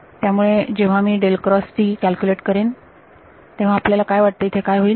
त्यामुळे जेव्हा मी कॅल्क्युलेट करेन तेव्हा आपल्याला काय वाटतं इथे काय होईल